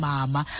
Mama